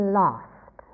lost